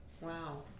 Wow